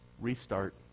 restart